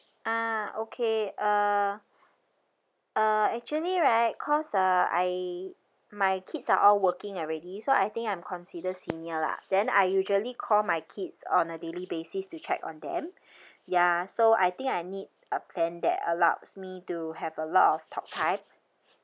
ah okay uh uh actually right because uh I my kids are all working already so I think I'm considered senior lah then I usually call my kids on a daily basis to check on them ya so I think I need a plan that allows me to have a lot of talk time